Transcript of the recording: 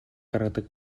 гаргадаг